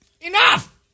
enough